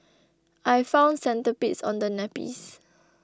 I found centipedes on the nappies